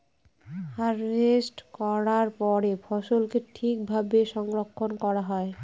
harvest করার পরে ফসলকে ঠিক ভাবে সংরক্ষন করা হয়